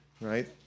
right